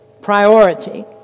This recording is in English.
Priority